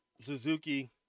Suzuki